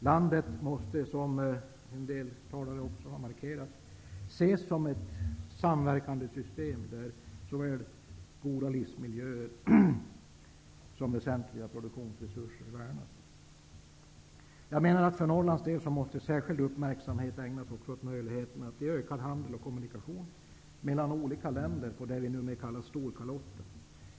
Landet måste, som en del talare också markerat, ses som ett samverkande system, där såväl goda livsmiljöer som väsentliga produktionsresurser skall värnas. För Norrlands del måste särskild uppmärksamhet också ägnas åt möjligheterna till ökad handel och kommunikation mellan de olika länderna på det som numera kallas Storkalotten.